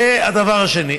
זה הדבר השני.